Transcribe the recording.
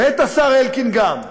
ואת השר אלקין גם,